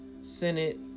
Senate